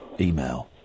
email